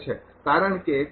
બરાબર કારણ કે